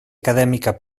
acadèmica